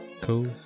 cool